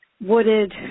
wooded